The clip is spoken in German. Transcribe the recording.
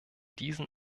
diesen